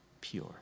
pure